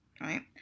right